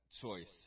choice